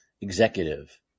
executive